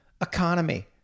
economy